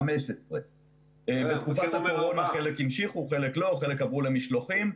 15. חלק המשיכו, חלק לא, חלק עברו למשלוחים,